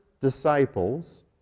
disciples